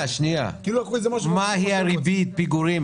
מה ריבית הפיגורים?